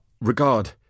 regard